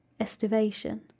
estivation